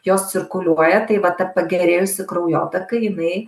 jos cirkuliuoja tai va ta pagerėjusi kraujotaka jinai